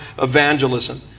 evangelism